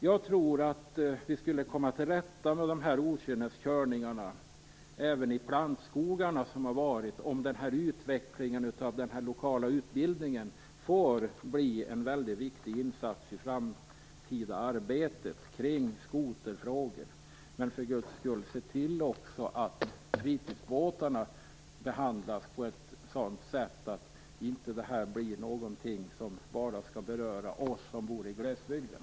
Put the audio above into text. Jag tror att vi skulle kunna komma till rätta med okynneskörningarna även i blandskogarna om den lokala utbildningen kunde utvecklas och vara viktig i det framtida arbetet kring skoterfrågor. Men se för Guds skull till att fritidsbåtarna behandlas på ett sådant sätt att vi ser att regler som dessa inte bara skapas för oss som bor i glesbygden.